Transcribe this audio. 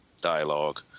dialogue